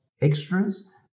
extras